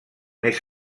més